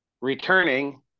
returning